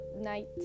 night